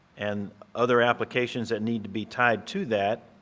and other applications that need to be tied to that,